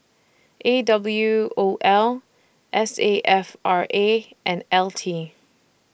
A W O L S A F R A and L T